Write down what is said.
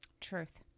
Truth